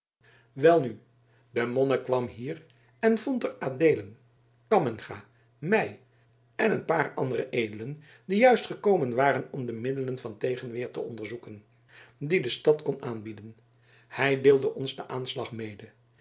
welnu de monnik kwam hier en vond er adeelen cammingha mij en een paar andere edelen die juist gekomen waren om de middelen van tegenweer te onderzoeken die de stad kon aanbieden hij deelde ons den aanslag mede